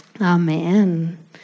Amen